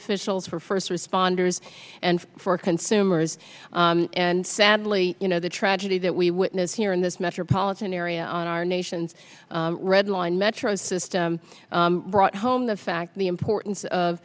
officials for first responders and for consumers and sadly you know the tragedy that we witness here in this metropolitan area on our nation's the red line metro system brought home the fact the importance